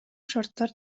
шарттар